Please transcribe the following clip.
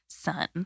son